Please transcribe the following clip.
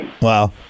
Wow